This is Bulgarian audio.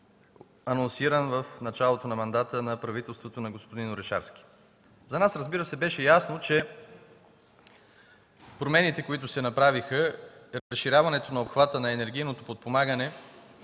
анонсиран в началото на мандата на правителството на господин Орешарски. За нас, разбира се, беше ясно, че промените, които се направиха – разширяването на обхвата на енергийното подпомагане